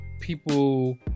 people